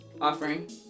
offering